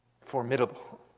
Formidable